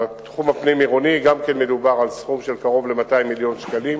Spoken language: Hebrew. בתחום הפנים-עירוני גם כן מדובר על סכום של קרוב ל-200 מיליון שקלים.